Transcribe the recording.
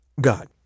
God